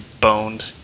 boned